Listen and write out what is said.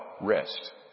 rest